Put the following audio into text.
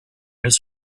his